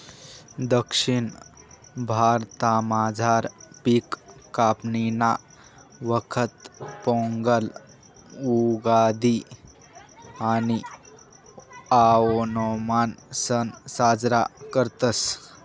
दक्षिण भारतामझार पिक कापणीना वखत पोंगल, उगादि आणि आओणमना सण साजरा करतस